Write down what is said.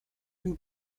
nous